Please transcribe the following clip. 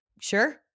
sure